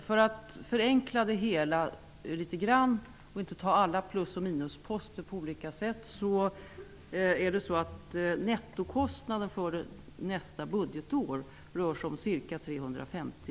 För att förenkla det hela litet grand och inte ta alla plus och minusposter på olika sätt kan jag säga att nettokostnaden för nästa budgetår är ca 350